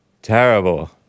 Terrible